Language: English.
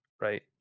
Right